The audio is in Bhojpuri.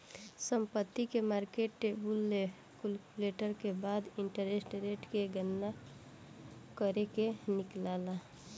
संपत्ति के मार्केट वैल्यू कैलकुलेट के बाद इंटरेस्ट रेट के गणना करके निकालाला